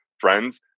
friends